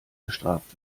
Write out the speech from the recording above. bestraft